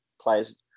players